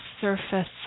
surface